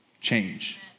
change